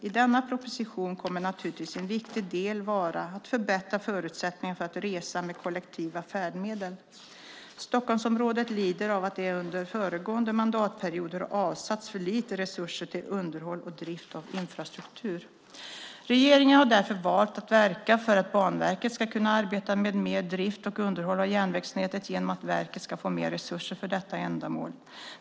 I denna proposition kommer naturligtvis en viktig del att vara att förbättra förutsättningarna för att resa med kollektiva färdmedel. Stockholmsområdet lider av att det under föregående mandatperioder har avsatts för lite resurser till underhåll och drift av infrastruktur. Regeringen har därför valt att verka för att Banverket ska kunna arbeta mer med drift och underhåll av järnvägsnätet genom att verket ska få mer resurser för detta ändamål.